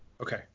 Okay